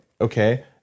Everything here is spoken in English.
okay